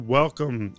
welcome